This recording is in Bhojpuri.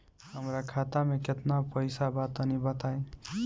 हमरा खाता मे केतना पईसा बा तनि बताईं?